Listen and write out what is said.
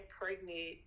pregnant